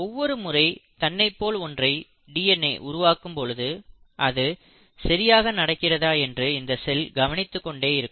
ஒவ்வொரு முறை தன்னைப்போல் ஒன்றை டிஎன்ஏ உருவாக்கும் பொழுது அது சரியாக நடக்கிறதா என்று இந்த செல் கவனித்துக் கொண்டே இருக்கும்